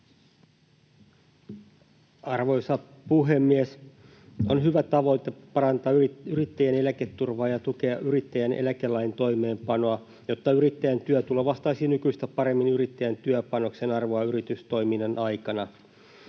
Arvoisa puhemies! On hyvä tavoite parantaa yrittäjien eläketurvaa ja tukea yrittäjän eläkelain toimeenpanoa, jotta yrittäjän työtulo vastaisi nykyistä paremmin yrittäjän työpanoksen arvoa yritystoiminnan aikana.